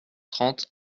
trente